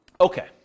okay